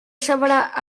sabrà